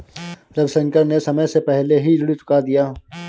रविशंकर ने समय से पहले ही ऋण चुका दिया